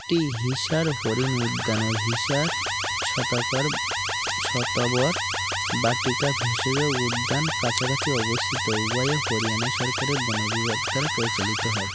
এটি হিসার হরিণ উদ্যান ও হিসার শতাকার শতাবর বাটিকা ভেষজ উদ্যান কাছাকাছি অবস্থিত উভয়ের হরিয়ানা সরকারের বন বিভাগ দ্বারা পরিচালিত হয়